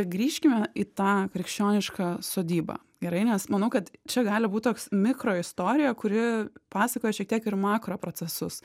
grįžkime į tą krikščionišką sodybą gerai nes manau kad čia gali būt toks mikroistorija kuri pasakoja šiek tiek ir makroprocesus